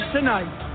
tonight